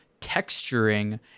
texturing